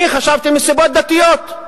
אני חשבתי שמסיבות דתיות.